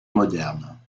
moderne